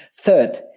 Third